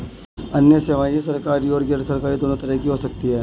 अन्य सेवायें सरकारी और गैरसरकारी दोनों तरह की हो सकती हैं